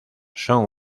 son